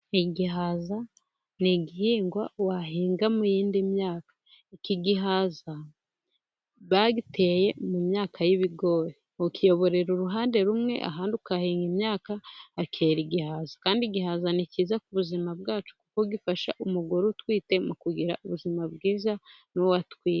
Igihaza ni igihingwa wahinga muyindi myaka. Iki gihaza bagiteye mu myaka y'ibigori, ukiyoborera uruhande rumwe, ahandi ugahinga imyaka. Aha kandi igihaza ni cyiza ku buzima bwacu, kuko gifasha umugore utwite mu kugira ubuzima bwiza n'uwo atwite.